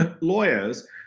lawyers